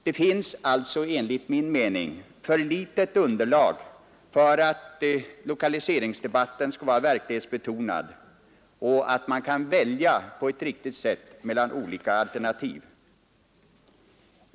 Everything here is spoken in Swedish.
Det finns alltså enligt min mening för litet underlag för att lokaliseringsdebatten skall vara verklighetsbetonad. Man skall även på ett riktigt sätt kunna välja mellan olika alternativ.